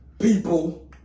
people